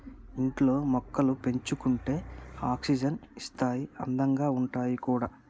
ఇంట్లో మొక్కలు పెంచుకుంటే ఆక్సిజన్ ఇస్తాయి అందంగా ఉంటాయి కూడా